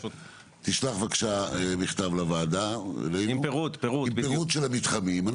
תשלח בבקשה מכתב לוועדה עם פירוט של המתחמים.